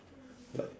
like